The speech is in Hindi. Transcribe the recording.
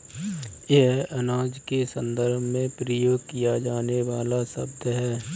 यह अनाज के संदर्भ में प्रयोग किया जाने वाला शब्द है